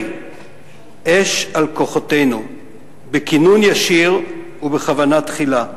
אש על כוחותינו בכינון ישיר ובכוונה תחילה.